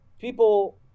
people